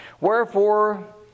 Wherefore